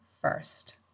first